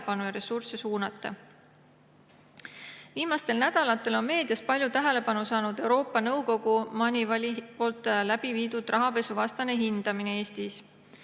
ja ressursse suunata. Viimastel nädalatel on meedias palju tähelepanu saanud Euroopa Nõukogu MONEYVAL-i läbi viidud rahapesuvastane hindamine Eestis.